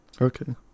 Okay